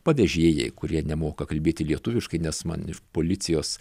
pavežėjai kurie nemoka kalbėti lietuviškai nes man iš policijos